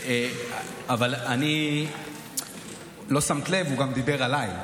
אבל לא שמת לב, הוא גם דיבר עליי.